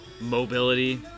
mobility